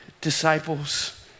disciples